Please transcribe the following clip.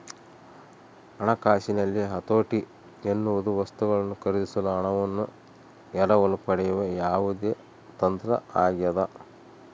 ಹಣಕಾಸಿನಲ್ಲಿ ಹತೋಟಿ ಎನ್ನುವುದು ವಸ್ತುಗಳನ್ನು ಖರೀದಿಸಲು ಹಣವನ್ನು ಎರವಲು ಪಡೆಯುವ ಯಾವುದೇ ತಂತ್ರ ಆಗ್ಯದ